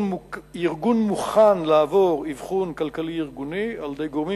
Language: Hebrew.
הארגון מוכן לעבור אבחון כלכלי-ארגוני על-ידי גורמים